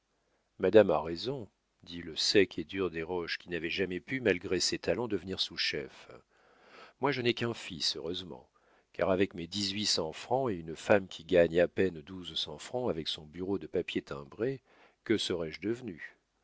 madame a raison dit le sec et dur desroches qui n'avait jamais pu malgré ses talents devenir sous-chef moi je n'ai qu'un fils heureusement car avec mes dix-huit cents francs et une femme qui gagne à peine douze cents francs avec son bureau de papier timbré que serais-je devenu